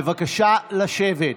בבקשה לשבת.